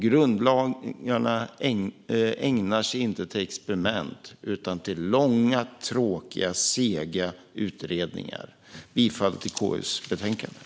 Grundlagarna ägnar sig inte till experiment utan till långa, tråkiga och sega utredningar. Jag yrkar bifall till betänkandet.